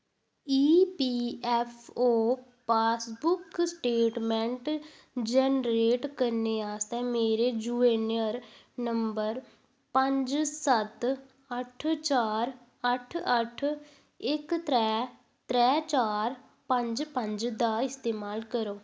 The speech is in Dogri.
ईपीऐफ्फओ पासबुक स्टेटमैंट जैनरेट करने आस्तै मेरे यूऐन्न नंबर पंज सत्त अट्ठ चार अट्ठ अट्ठ इक त्रैऽ त्रैऽ चार पंज पंज दा इस्तेमाल करो